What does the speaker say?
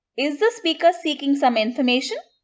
is the speaker seeking some information?